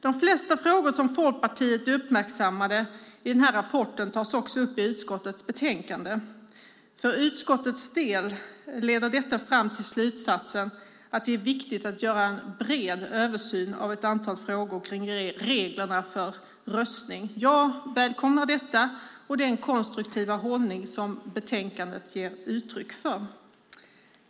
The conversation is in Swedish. De flesta frågor som Folkpartiet uppmärksammade i rapporten tas upp i utskottets betänkande. För utskottets del leder det fram till slutsatsen att det är viktigt att göra en bred översyn av ett antal frågor kring reglerna för röstning. Jag välkomnar detta och den konstruktiva hållning som betänkandet ger uttryck för.